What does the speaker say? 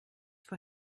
vor